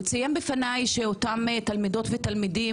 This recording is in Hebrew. שזה היה די מפתיע לראות שאחוז ההצלחה בבגרויות הוא מאוד מאוד גבוה,